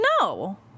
no